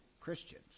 Christians